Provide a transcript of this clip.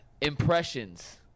Impressions